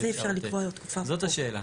זאת השאלה.